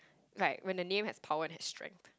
like when the name has power and has strength